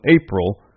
April